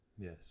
Yes